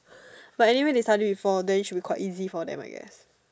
but anyway they study before then it should be quite easy for them I guess